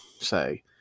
say